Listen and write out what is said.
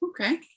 okay